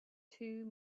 two